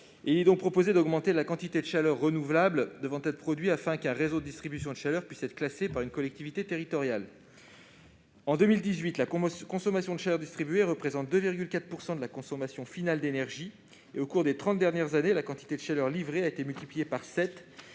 Il est donc proposé d'augmenter la quantité de chaleur renouvelable devant être produite afin qu'un réseau de distribution de chaleur puisse être classé par une collectivité territoriale. En 2018, la consommation de chaleur distribuée représente 2,4 % de la consommation finale d'énergie. Au cours des trente dernières années, la quantité de chaleur livrée a été multipliée par